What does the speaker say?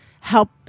help